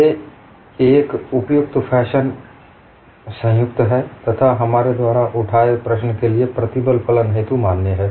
ये एक उपयुक्त फैशन संयुक्त हैं तथा हमारे द्वारा उठाए प्रश्न के लिए प्रतिबल फलन हेतू मान्य हैं